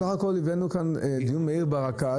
בסך הכול הבאנו לכאן דיון מהיר על הרכ"ל,